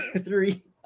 three